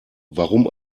warum